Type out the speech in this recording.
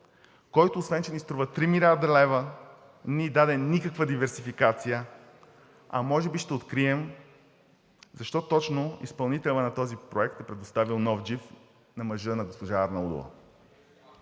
който, освен че ни струва 3 млрд. лв., не ни даде никаква диверсификация, а може би ще открием защо точно изпълнителят на този проект е предоставил нов джип на мъжа на госпожа Арнаудова?